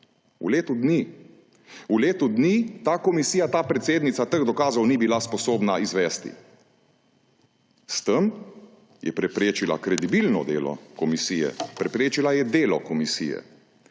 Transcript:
marca 2021? V letu dni ta komisija, ta predsednica teh dokazov ni bila sposobna izvesti. S tem je preprečila kredibilno delo komisije, preprečila je delo komisije.